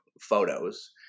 photos